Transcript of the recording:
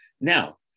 Now